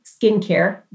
Skincare